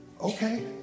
okay